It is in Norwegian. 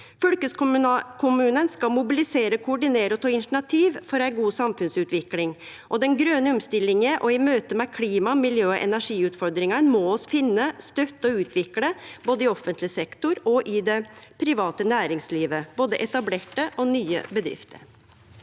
Fylkeskommunen skal mobilisere, koordinere og ta initiativ til ei god samfunnsutvikling. Og i den grøne omstillinga og i møte med klima-, miljø- og energiutfordringane må vi finne, støtte og utvikle, både i offentleg sektor og i det private næringslivet, både etablerte og nye bedrifter.